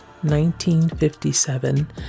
1957